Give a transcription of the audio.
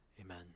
Amen